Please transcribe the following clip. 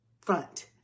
front